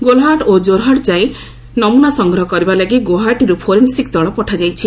ଗୋଲାହାଟ ଓ ଜୋରହାଟ୍ ଯାଇ ନମୁନା ସଂଗ୍ରହ କରିବା ଲାଗି ଗୁଆହାଟୀରୁ ଫୋରେନ୍ସିକ୍ ଦଳ ପଠାଯାଇଛି